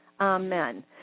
amen